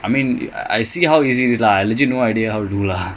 I mean வீட்ல சும்மாதான் இருக்குறேன்:veetla summadhan irukkuraen